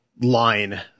line